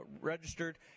registered